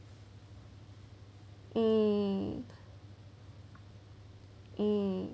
um um